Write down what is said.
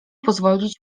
pozwolić